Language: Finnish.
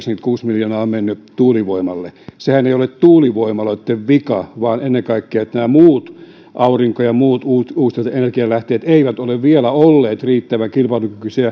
satayhdeksänkymmentäkuusi miljoonaa on mennyt tuulivoimalle sehän ei ole tuulivoimaloitten vika vaan ennen kaikkea on niin että nämä muut aurinko ja muut muut uusiutuvat energialähteet eivät ole vielä olleet riittävän kilpailukykyisiä